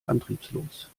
antriebslos